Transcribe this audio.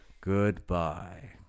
Goodbye